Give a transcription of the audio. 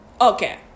Okay